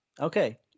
Okay